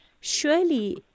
Surely